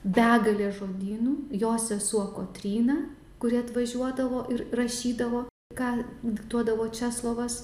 begalės žodynų jo sesuo kotryna kuri atvažiuodavo ir rašydavo ką diktuodavo česlovas